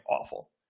awful